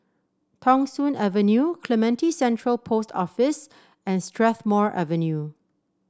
Thong Soon Avenue Clementi Central Post Office and Strathmore Avenue